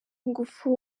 ingufu